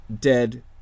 dead